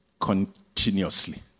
continuously